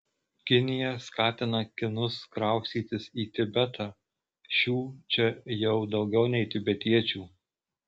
kinija skatina kinus kraustytis į tibetą šių čia jau daugiau nei tibetiečių